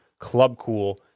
CLUBCOOL